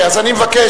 אז אני מבקש,